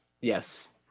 yes